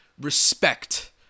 respect